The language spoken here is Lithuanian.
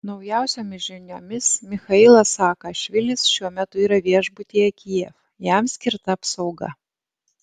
naujausiomis žiniomis michailas saakašvilis šiuo metu yra viešbutyje kijev jam skirta apsauga